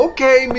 Okay